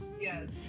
Yes